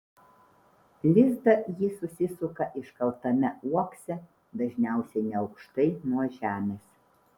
lizdą ji susisuka iškaltame uokse dažniausiai neaukštai nuo žemės